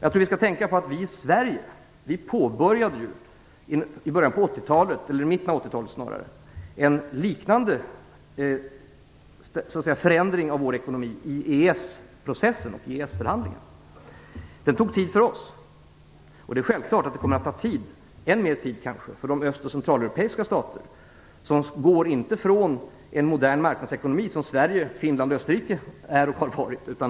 Jag tror att vi i Sverige skall tänka på att vi i mitten av 80-talet påbörjade en liknande förändring av vår ekonomi i EES-processen. Det tog tid för oss. Det är självklart att det kommer att ta tid - kanske än mer tid - för de öst och centraleuropeiska staterna. De utgår inte från moderna marknadsekonomier, vilket Sverige, Finland och Österrike har gjort och gör.